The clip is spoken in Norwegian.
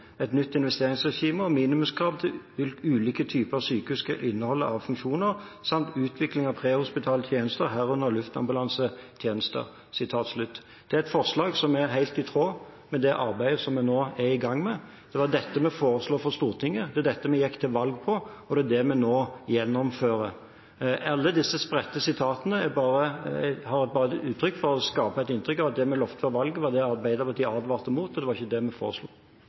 et nytt investeringsregime og minimumskrav til hva ulike typer sykehus skal inneholde av funksjoner, samt utviklingen av prehospitale tjenester, herunder luftambulansetjenesten.» Det er et forslag som er helt i tråd med det arbeidet som vi nå er i gang med. Det var dette vi foreslo for Stortinget. Det er dette vi gikk til valg på, og det er det vi nå gjennomfører. Alle disse spredte sitatene er bare for å skape et inntrykk av at det vi lovte før valget, var det Arbeiderpartiet advarte mot. Det var ikke det vi foreslo.